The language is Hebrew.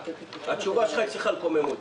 התשובה שלך הצליחה לקומם אותי.